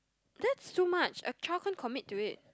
that's too much a child can't commit to it